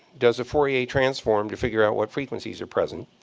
does a fourier transform to figure out what frequencies are present,